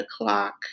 o'clock